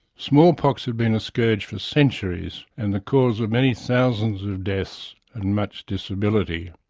smallpox had been a scourge for centuries and the cause of many thousands of deaths and much disability.